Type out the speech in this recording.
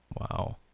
Wow